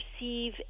receive